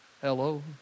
Hello